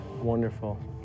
Wonderful